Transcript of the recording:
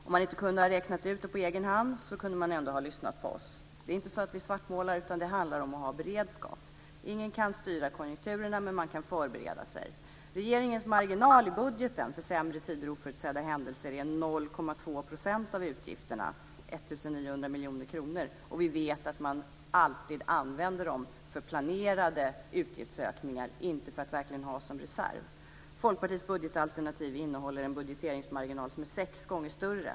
Om man inte kunde räkna ut det på egen hand, kunde man ha lyssnat på oss. Vi svartmålar inte, utan det handlar om att ha beredskap. Ingen kan styra konjunkturerna, men man kan förbereda sig. Regeringens marginal i budgeten för sämre tider och oförutsedda händelser är 0,2 % av utgifterna, 1 900 miljoner kronor. Vi vet att man alltid använder dem för planerade utgiftsökningar, inte för att verkligen ha dem som reserv. Folkpartiets budgetalternativ innehåller en budgeteringsmarginal som är sex gånger större.